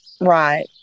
right